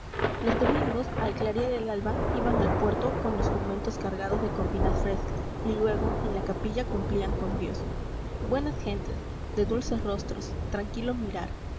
los dominaos al clarear el alba iban al puerto con los jumentos cargados ile corvinas frescas y luego en la capilla cumplían con dios buenas gentes de dulces rostros tranquilo mirar